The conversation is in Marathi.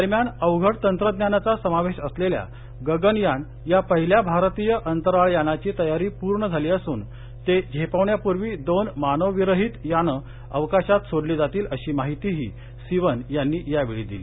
दरम्यान अवघड तंत्रज्ञानाचा समावेश असलेल्या गगनयान या पहिल्या भारतीय अंतराळ यानाची तयारी पूर्ण झाली असून ते झेपावण्यापूर्वी दोन मानव विरहित यानं अवकाशात सोडली जातील अशी माहितीही सिवन यांनी यावेळी दिली